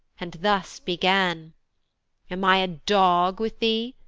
and thus began am i a dog with thee?